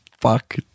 fuck